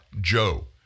Joe